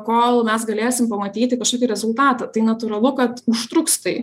kol mes galėsim pamatyti kažkokį rezultatą tai natūralu kad užtruks tai